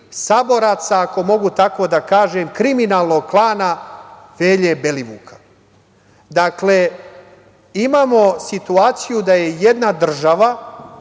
saboraca, ako mogu tako da kažem, kriminalnog klana Velje Belivuka. Dakle, imamo situaciju da je jedna država